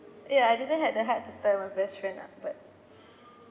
ya I didn't had the heart to tell my best friend lah but